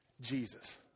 Jesus